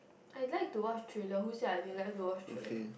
I like to watch thriller who said I didn't like to thriller